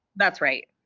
that's right.